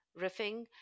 riffing